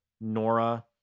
Nora